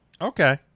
Okay